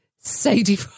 Sadie